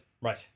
Right